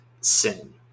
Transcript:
sin